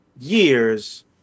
years